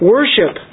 Worship